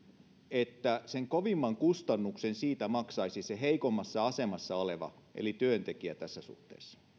että sen kovimman kustannuksen siitä maksaisi se heikommassa asemassa oleva eli työntekijä tässä suhteessa